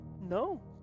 No